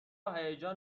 هیجان